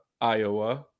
Iowa